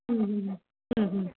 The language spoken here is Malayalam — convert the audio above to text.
മ് മ്ഹ് മ്ഹ് മ്ഹ്